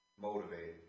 motivated